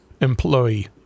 employee